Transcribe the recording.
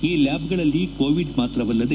ಈ ಲ್ಲಾಬ್ಗಳಲ್ಲಿ ಕೋವಿಡ್ ಮಾತ್ರವಲ್ಲದೆ